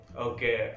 Okay